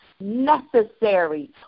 necessary